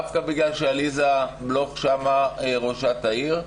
דווקא בגלל שעליזה בלוך שם ראשת העיר,